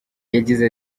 yagize